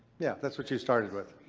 yeah, that's what you started with.